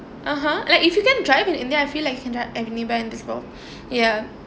(uh huh) like if you can drive in india I feel like you can drive anywhere in this world ya